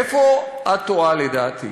איפה את טועה, לדעתי?